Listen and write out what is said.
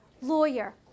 lawyer